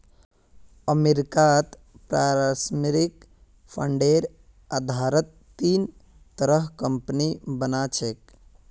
अमरीकात पारस्परिक फंडेर आधारत तीन तरहर कम्पनि बना छेक